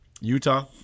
Utah